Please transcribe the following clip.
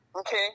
Okay